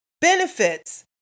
benefits